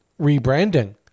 rebranding